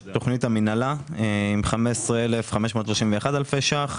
תוכנית המינהלה עם 15,531 אלפי ₪,